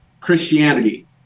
Christianity